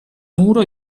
muro